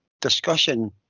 discussion